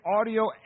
audio